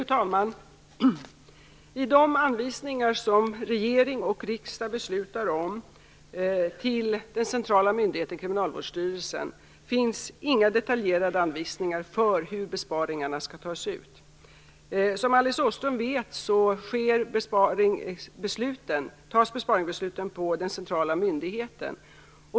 Fru talman! I anvisningarna - som regering och riksdag beslutar om - till den centrala myndigheten, Kriminalvårdsstyrelsen, finns inga detaljerade anvisningar för hur besparingarna skall tas ut. Som Alice Åström vet fattas besparingsbesluten på den centrala myndigheten.